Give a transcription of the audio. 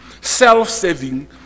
self-saving